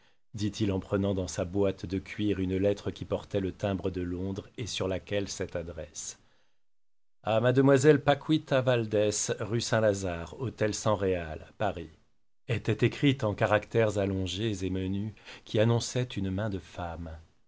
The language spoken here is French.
dit-il en prenant dans sa boite de cuir une lettre qui portait le timbre de londres et sur laquelle cette adresse était écrite en caractères allongés et menus qui annonçaient une main de femme